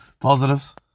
positives